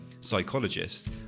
psychologist